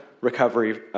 recovery